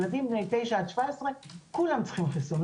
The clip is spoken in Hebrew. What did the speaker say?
ילדים בני 9 עד 17 כולם צריכים חיסון.